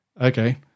Okay